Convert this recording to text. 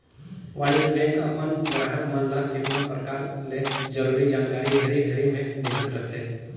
वाणिज्य बेंक अपन गराहक मन ल केतना परकार ले जरूरी जानकारी घरी घरी में देहत रथे